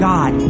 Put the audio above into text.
God